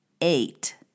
eight